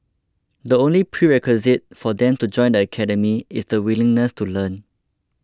the only prerequisite for them to join the academy is the willingness to learn